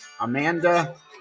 Amanda